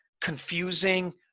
confusing